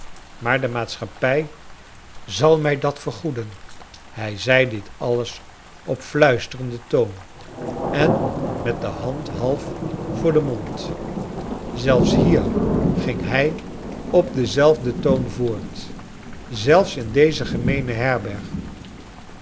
maar o de maatschappij zal mij dat vergoeden hij zei dit alles op fluisterenden charles dickens toon en met de hand half voor den mond zelfs hier ging hij op denzelfden toon voort zelfs in deze gemeene herberg